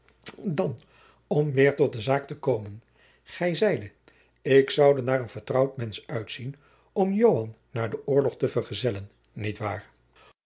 dan om weer tot de zaak te komen gij zeidet ik zoude naar een vertrouwd mensch uitzien om joan naar den oorlog te vergezellen niet waar